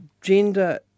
gender